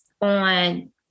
on